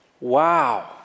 Wow